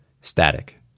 Static